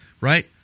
right